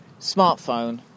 smartphone